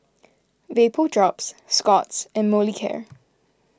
Vapodrops Scott's and Molicare